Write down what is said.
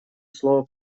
слово